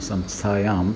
संस्थायाम्